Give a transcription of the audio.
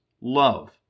love